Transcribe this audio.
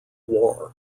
war